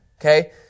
Okay